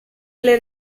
alle